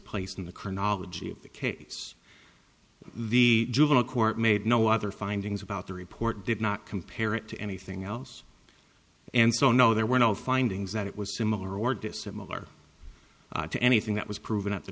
place in the chronology of the case the juvenile court made no other findings about the report did not compare it to anything else and so no there were no findings that it was similar or dissimilar to anything that was proven at the